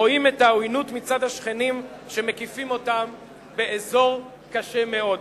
רואים את העוינות מצד השכנים שמקיפים אותם באזור קשה מאוד.